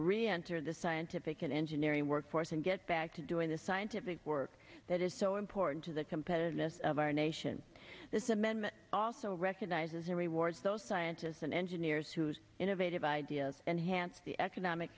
reenter the scientific and engineering workforce and get back to doing the scientific work that is so important to the competitiveness of our nation this amendment also recognizes and rewards those scientists and engineers whose innovative ideas and hance the economic